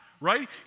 Right